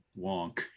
wonk